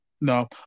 No